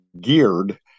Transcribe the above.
geared